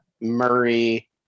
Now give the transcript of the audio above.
Murray